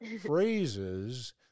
phrases